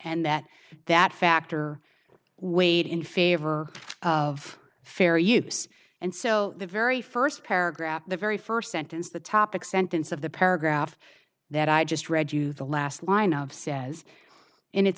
and that that factor weighed in favor of fair use and so the very first paragraph the very first sentence the topic sentence of the paragraph that i just read you the last line of says in its